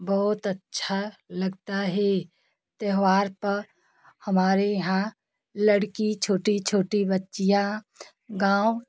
बहुत अच्छा लगता है त्यौहार पर हमारे यहाँ लड़की छोटी छोटी बच्चियाँ गाँव